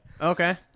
Okay